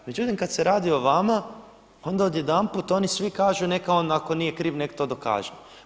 Međutim, kada se radi o vama, onda odjedanput oni svi kažu, neka on ako nije kriv neka to dokaže.